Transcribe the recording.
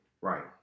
Right